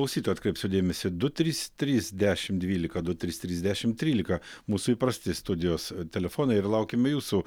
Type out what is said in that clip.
klaustyojų atkreipsiu dėmesį du trys trys dešimt dvylika du trys trys dešimt trylika mūsų įprasti studijos telefonai ir laukiame jūsų